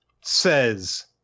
says